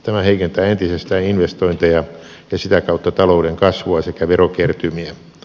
tämä heikentää entisestään investointeja ja sitä kautta talouden kasvua sekä verokertymiä